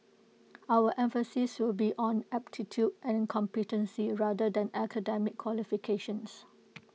our emphasis will be on aptitude and competency rather than academic qualifications